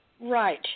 Right